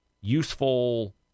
useful